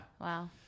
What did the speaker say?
Wow